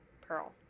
pearl